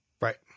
Right